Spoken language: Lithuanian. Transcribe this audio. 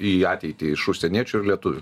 į ateitį iš užsieniečių ir lietuvių